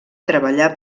treballar